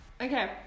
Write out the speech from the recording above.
Okay